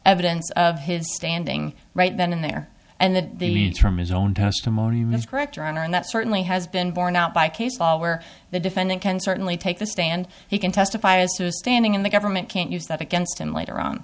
evidence of his standing right then and there and then the leads from his own testimony miss grant your honor and that certainly has been borne out by case law where the defendant can certainly take the stand he can testify as to his standing in the government can't use that against him later on